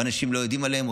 ואנשים לא יודעים עליהם.